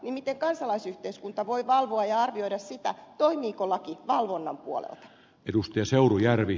miten kansalaisyhteiskunta voi valvoa ja arvioida sitä toimiiko laki valvonnan puolelta